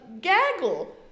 gaggle